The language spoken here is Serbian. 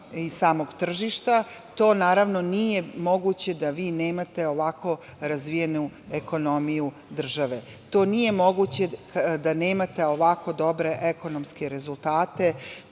i samog tržišta. To naravno nije moguće da vi nemate ovakvo razvijenu ekonomiju države. To nije moguće da nemate ovako dobre ekonomske rezultate